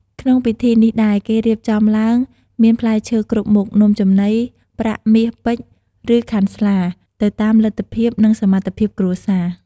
ក្នុងពិធីនេះដែរគេរៀបចំឡើងមានផ្លែឈើគ្រប់មុខ នំចំណី ប្រាក់ មាស ពេជ្រ ឬខាន់ស្លា ទៅតាមលទ្ធភាព និងសមត្ថភាពគ្រួសារ។